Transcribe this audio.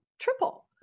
triple